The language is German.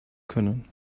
können